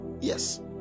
Yes